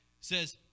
says